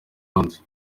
londres